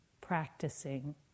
practicing